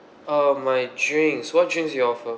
ah my drinks what drinks you offer